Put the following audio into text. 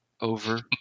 Over